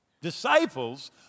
disciples